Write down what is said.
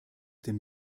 den